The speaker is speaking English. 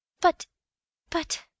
But—but—